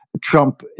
Trump